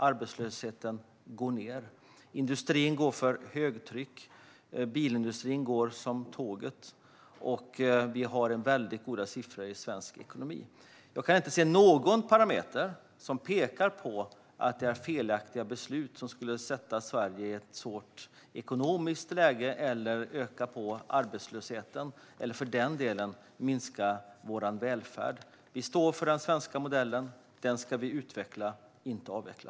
Arbetslösheten går ned, industrin går för högtryck - till exempel går bilindustrin som tåget - och vi har mycket goda siffror i svensk ekonomi. Jag kan inte se någon parameter som pekar på att det här är felaktiga beslut som skulle sätta Sverige i ett svårt ekonomiskt läge, öka på arbetslösheten eller minska vår välfärd. Vi står för den svenska modellen. Den ska vi utveckla, inte avveckla.